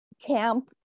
camp